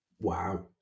Wow